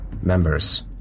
members